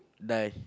die